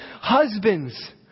husbands